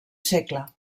segle